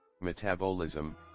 metabolism